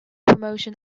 promotion